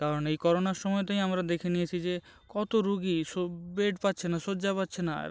কারণ এই করোনার সময়টাই আমরা দেখে নিয়েছি যে কতো রুগি সব বেড পাচ্ছে না শয্যা পাচ্ছে না আর